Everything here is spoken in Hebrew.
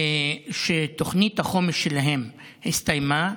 שתוכנית החומש שלהן הסתיימה,